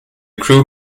crew